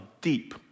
deep